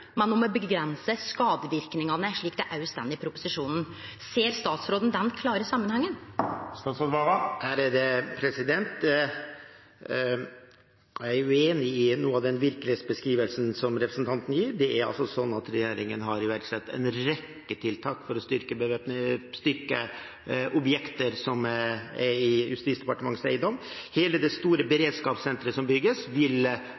å avgrense skadeverknadene, slik det òg står i proposisjonen. Ser statsråden den klare samanhengen? Jeg er uenig i noe av den virkelighetsbeskrivelsen som representanten gir. Det er altså slik at regjeringen har iverksatt en rekke tiltak for å styrke objekter som er i Justisdepartementets eiendom. Hele det store beredskapssenteret som bygges, vil